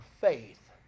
faith